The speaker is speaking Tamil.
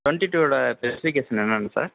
ட்வெண்ட்டி டூவோடய ஸ்பெசிஃபிகேஷன் என்னங்க சார்